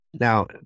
Now